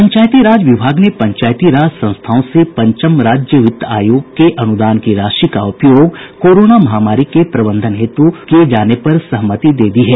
पंचायती राज विभाग ने पंचायती राज संस्थाओं से पंचम राज्य वित्त आयोग के अनुदान की राशि का उपयोग कोरोना महामारी के प्रबंधन हेतु के लिए किये जाने पर सहमति दे दी है